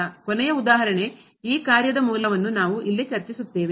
ಕೊನೆಯ ಉದಾಹರಣೆ ಈ ಕಾರ್ಯದ ಮೂಲವನ್ನು ನಾವು ಇಲ್ಲಿ ಚರ್ಚಿಸುತ್ತೇವೆ